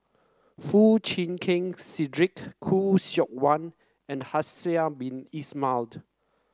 Foo Chee Keng Cedric Khoo Seok Wan and Haslir Bin Ibrahim